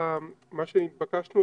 מה שהתבקשנו,